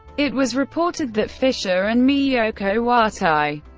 it was reported that fischer and miyoko watai,